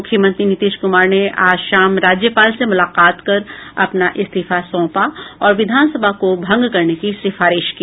मुख्यमंत्री नीतीश कुमार ने आज शाम राज्यपाल से मुलाकात कर अपना इस्तीफा सौंपा और विधानसभा को भंग करने की सिफारिश की